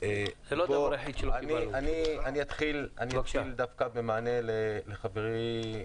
אני אתחיל במענה לאיתי.